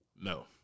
No